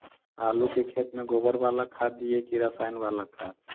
आलू के खेत में गोबर बाला खाद दियै की रसायन बाला खाद?